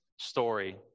story